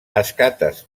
escates